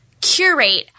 curate